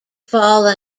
fall